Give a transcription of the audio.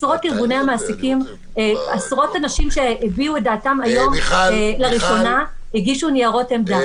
-- עשרות אנשים שהביעו את דעתם היום לראשונה הגישו ניירות עמדה.